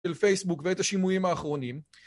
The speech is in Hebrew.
של פייסבוק ואת השימועים האחרונים